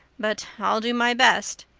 but i'll do my best.